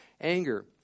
anger